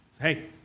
Hey